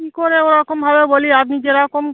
কী করে ওরকমভাবে বলি আপনি যেরকম